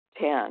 Ten